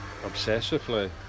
obsessively